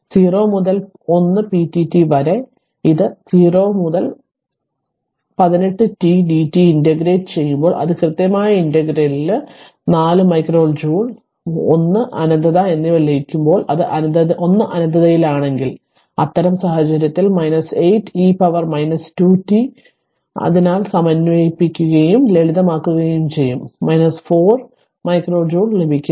അതിനാൽ 0 മുതൽ 1 പിഡിടി വരെ അത് 0 മുതൽ 1 8 t dt ഇന്റഗ്രേറ്റ് ചെയ്യുമ്പോൾ അത് കൃത്യമായ ഇന്റഗ്രലിൽ 4 മൈക്രോ ജൂൾ 1 അനന്തത എന്നിവ ലഭിക്കുമ്പോൾ അത് 1 അനന്തതയിലാണെങ്കിൽ അത്തരം സാഹചര്യത്തിൽ 8 e പവർ 2 t അതിനാൽ സമന്വയിപ്പിക്കുകയും ലളിതമാക്കുകയും ചെയ്യും 4 മൈക്രോ ജൂൾ ലഭിക്കുന്നു